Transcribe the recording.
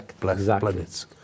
planets